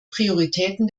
prioritäten